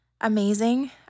amazing